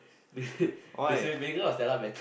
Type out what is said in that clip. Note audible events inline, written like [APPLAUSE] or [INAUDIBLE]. they say they say Megan or Stella better [LAUGHS]